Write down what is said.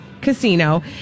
Casino